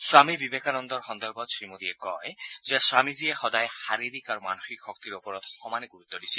স্বামী বিবেকানন্দৰ সন্দৰ্ভত শ্ৰীমোদীয়ে কয় যে স্বামীজীয়ে সদায় শাৰীৰিক আৰু মানসিক শক্তিৰ ওপৰত সমানে গুৰুত্ব দিছিল